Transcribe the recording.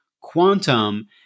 quantum